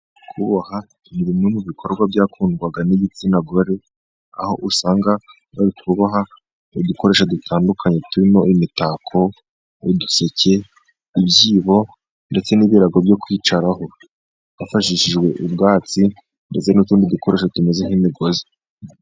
Kuboha ni bimwe mu bikorwa byakundwaga n'igitsina gore, aho usanga bari kuboha udukoresho dutandukanye turimo imitako, uduseke, ibyibo ndetse n'ibirago byo kwicaraho, bifashishije ubwatsi ndetse n'utundi dukoresho tumeze nk'imigozi.